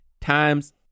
times